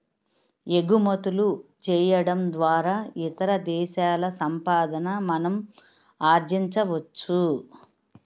ఎగుమతులు చేయడం ద్వారా ఇతర దేశాల సంపాదన మనం ఆర్జించవచ్చు